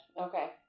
Okay